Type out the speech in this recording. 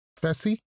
Fessy